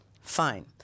Fine